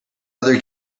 other